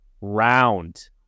round